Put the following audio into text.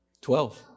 Twelve